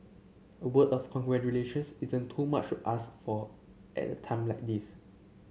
a word of congratulations isn't too much ask for at a time like this